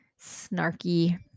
snarky